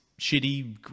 shitty